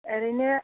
ओरैनो